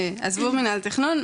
עזבו מינהל תכנון,